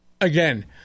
again